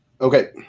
Okay